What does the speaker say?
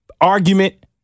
argument